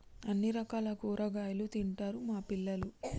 అన్ని రకాల కూరగాయలు తింటారు మా పిల్లలు